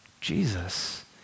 Jesus